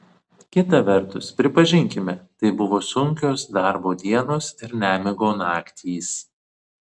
kita vertus pripažinkime tai buvo sunkios darbo dienos ir nemigo naktys